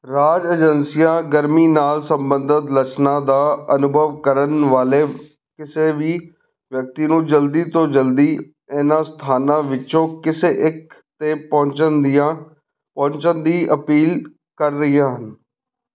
ਰਾਜ ਏਜੰਸੀਆਂ ਗਰਮੀ ਨਾਲ ਸੰਬੰਧਿਤ ਲੱਛਣਾਂ ਦਾ ਅਨੁਭਵ ਕਰਨ ਵਾਲੇ ਕਿਸੇ ਵੀ ਵਿਅਕਤੀ ਨੂੰ ਜਲਦੀ ਤੋਂ ਜਲਦੀ ਇਹਨਾਂ ਸਥਾਨਾਂ ਵਿੱਚੋਂ ਕਿਸੇ ਇੱਕ 'ਤੇ ਪਹੁੰਚਣ ਦੀਆਂ ਪਹੁੰਚਣ ਦੀ ਅਪੀਲ ਕਰ ਰਹੀਆਂ ਹਨ